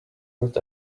not